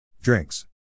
Drinks